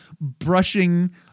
brushing